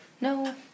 No